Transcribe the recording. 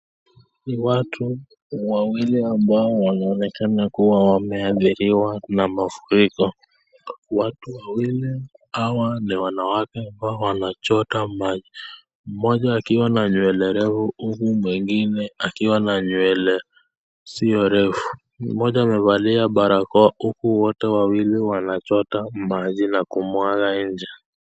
Ni watu wawili ambao wanaonekana kuwa wameathiriwa na mafuriko. Watu wawili hawa ni wanawake ambao wanachota maji mmoja akiwa na nywele refu huku mwingine akiwa na nywele sio refu mmoja amevalia barokoa huku wote wawili wanachota maji na kumwaga nje.